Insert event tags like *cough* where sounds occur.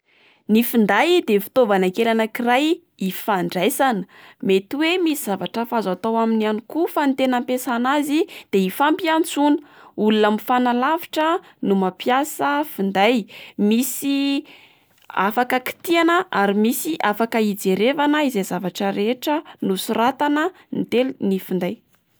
Ny finday de fitaovana kely anak'iray ifandraisana. Mety oe misy zavatra hasa azo atao aminy ihany koa fa ny tena ampiasana azy de ifampiantsoana, olona mifanalavitra no mampiasa finday misy *hesitation* afaka kitihana ary misy afaka ijerevana izay zavatra rehetra nosoratana ny tel- ny finday.